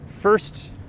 First